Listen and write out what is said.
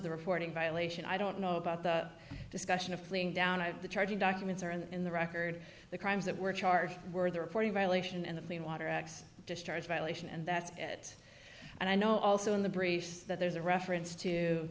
the reporting violation i don't know about the discussion of fleeing down to the charging documents or in the record the crimes that were charged were the reporting violation and the plain water acts discharge violation and that's it and i know also in the briefs that there's a reference to